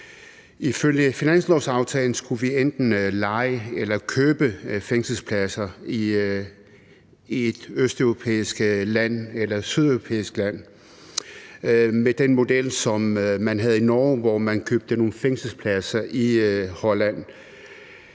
Ifølge finanslovsaftalen skulle vi enten leje eller købe fængselspladser i et østeuropæisk eller sydeuropæisk land efter den model, som man har i Norge, hvor man har købt nogle fængselspladser i Holland.